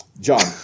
john